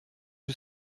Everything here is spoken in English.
you